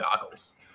goggles